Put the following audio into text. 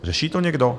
Řeší to někdo?